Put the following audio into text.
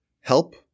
help